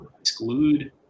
exclude